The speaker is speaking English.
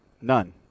None